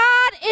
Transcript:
God